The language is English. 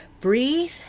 Breathe